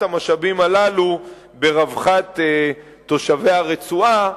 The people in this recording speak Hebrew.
המשאבים הללו ברווחת תושבי הרצועה,